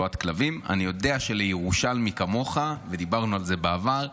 אני יודע שלירושלמי כמוך, ודיברנו על זה בעבר,